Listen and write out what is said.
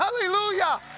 hallelujah